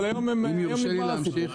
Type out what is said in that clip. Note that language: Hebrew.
אבל היום נגמר הסיפור,